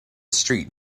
street